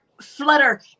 flutter